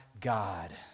God